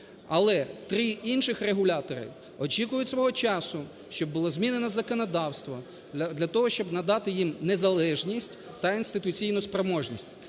але три інших регулятори очікують свого часу, щоб було змінено законодавство для того, щоб надати їм незалежність та інституційну спроможність.